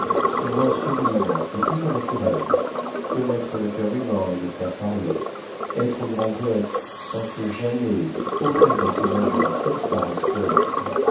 souvent sublime et toujours naturel connaître le coeur humain et le faire parler être grand poëte sans que jamais aucun personnage de la pièce paraisse poëte